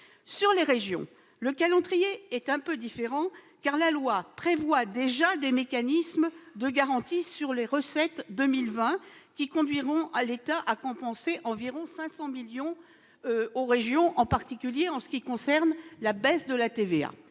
des régions, le calendrier est un peu différent, car la loi prévoit déjà des mécanismes de garantie sur les recettes 2020, qui conduiront l'État à leur compenser environ 500 millions d'euros, en particulier la baisse des rentrées de TVA.